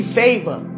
favor